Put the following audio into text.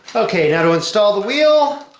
okay, now to install the wheel,